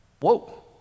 Whoa